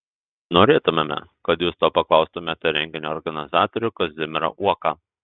norėtumėme kad jūs to paklaustumėte renginio organizatorių kazimierą uoką